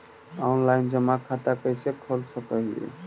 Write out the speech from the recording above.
Online जमा खाता कैसे खोल सक हिय?